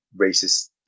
racist